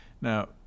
Now